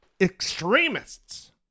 extremists